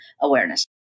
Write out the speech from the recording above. awareness